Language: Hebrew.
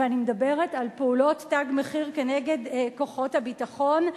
ואני מדברת על פעולות "תג מחיר" כנגד כוחות הביטחון.